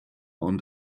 und